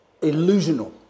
illusional